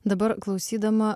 dabar klausydama